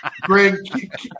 Greg